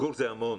גור, זה המון.